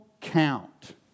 count